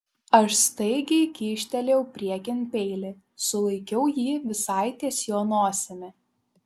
aš staigiai kyštelėjau priekin peilį sulaikiau jį visai ties jo nosimi